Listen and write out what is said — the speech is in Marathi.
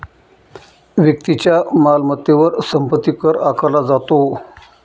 व्यक्तीच्या मालमत्तेवर संपत्ती कर आकारला जातो